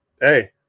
Hey